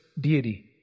deity